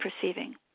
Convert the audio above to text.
perceiving